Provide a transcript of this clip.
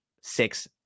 six